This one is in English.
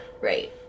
Right